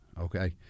Okay